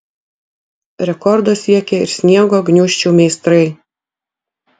rekordo siekė ir sniego gniūžčių meistrai